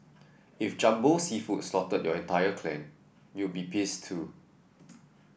if Jumbo Seafood slaughtered your entire clan you'd be pissed too